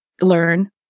learn